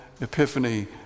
Epiphany